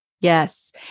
Yes